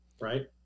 Right